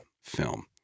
film